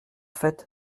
fait